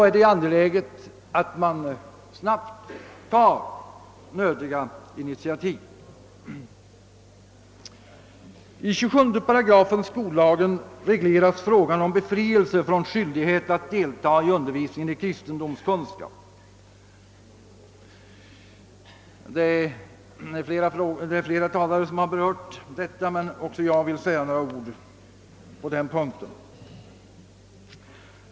I 27 8 skollagen regleras frågan om befrielse från skyldighet att delta i undervisning i kristendomskunskap. Flera talare har berört detta, men också jag vill säga några ord på den punkten.